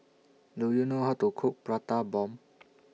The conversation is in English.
Do YOU know How to Cook Prata Bomb